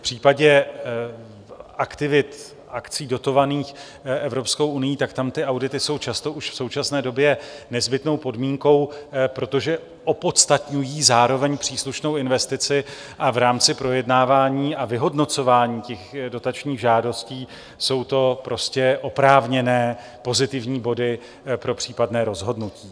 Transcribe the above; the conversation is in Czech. V případě aktivit, akcí dotovaných Evropskou unií, tam ty audity jsou často už v současné době nezbytnou podmínkou, protože opodstatňují zároveň příslušnou investici, a v rámci projednávání a vyhodnocování těch dotačních žádostí jsou to prostě oprávněné, pozitivní body pro případné rozhodnutí.